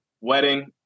wedding